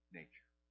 nature